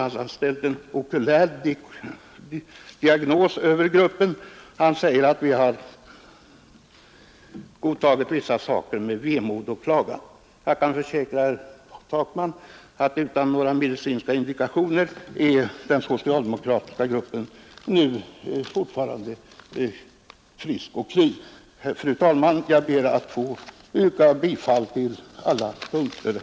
Efter en okulär diagnos förklarar han att vi har mottagit vissa saker med vemod och klagan. Utan några medicinska indikationer kan jag försäkra herr Takman att den socialdemokratiska gruppen fortfarande är frisk och kry. Fru talman! Jag yrkar bifall till utskottets hemställan på samtliga punkter.